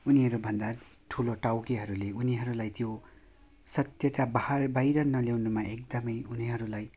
उनीहरूभन्दा ठुलो टाउकेहरूले उनीहरूलाई त्यो सत्यता बाहर बाहिर नल्याउनुमा एकदमै उनीहरूलाई